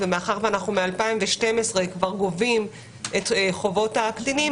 ומאחר שאנחנו מ-2012 כבר גובים את חובות הקטינים,